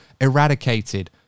eradicated